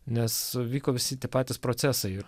nes vyko visi tie patys procesai